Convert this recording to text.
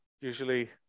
usually